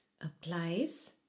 applies